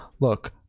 look